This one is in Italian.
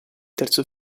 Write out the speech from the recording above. terzo